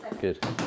Good